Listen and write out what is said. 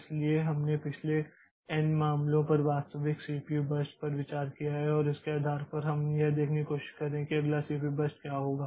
इसलिए हमने पिछले एन मामलों पर वास्तविक सीपीयू बर्स्ट पर विचार किया है और इसके आधार पर हम यह देखने की कोशिश कर रहे हैं कि अगला सीपीयू बर्स्ट क्या होगा